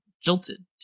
jilted